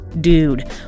Dude